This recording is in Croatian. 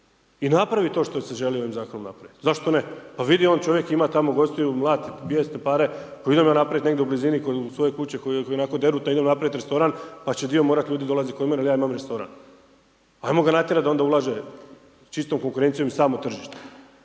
I napravi to što se želi ovim zakonom napraviti. Zašto ne? Pa vidi on, čovjek ima tamo gostiju, mlati bijesne pare, pa idem ja napraviti negdje u blizini kod svoje kuće koja je ionako derutna idem napraviti restoran pa će dio morati ljudi dolaziti kod mene jer ja imam restoran. Hajmo ga natjerati da onda ulaže čistom konkurencijom i u samo tržište.